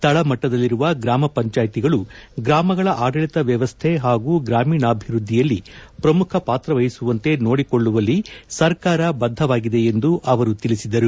ತಳಮಟ್ಟದಲ್ಲಿರುವ ಗ್ರಾಮ ಪಂಚಾಯಿತಿಗಳು ಗ್ರಾಮಗಳ ಆಡಳಿತ ವ್ಯವಸ್ಥೆ ಪಾಗೂ ಗ್ರಾಮೀಣಾಭಿವೃದ್ಧಿಯಲ್ಲಿ ಪ್ರಮುಖ ಪಾತ್ರ ವಹಿಸುವಂತೆ ನೋಡಿಕೊಳ್ಳುವಲ್ಲಿ ಸರ್ಕಾರ ಬಧವಾಗಿದೆ ಎಂದು ಅವರು ಹೇಳಿದರು